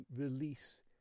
release